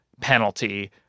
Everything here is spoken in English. penalty